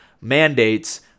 mandates